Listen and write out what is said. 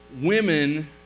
women